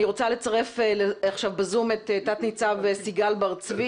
אני רוצה לצרף עכשיו בזום את תת ניצב סיגל בר צבי,